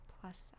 plus